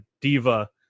diva